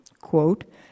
Quote